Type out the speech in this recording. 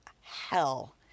hell